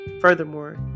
Furthermore